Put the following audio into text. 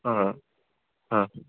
হ্যাঁ হ্যাঁ